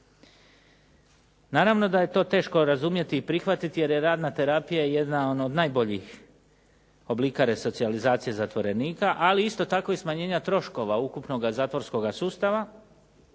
Naravno da je to teško razumjeti i prihvatiti jer je radna terapija jedan od najboljih oblika resocijalizacije zatvorenika, ali isto tako i smanjenja troškova ukupnoga zatvorskoga sustava